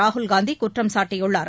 ராகுல் காந்தி குற்றம் சாட்டியுள்ளார்